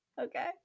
Okay